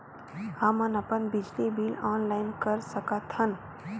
हमन अपन बिजली बिल ऑनलाइन कर सकत हन?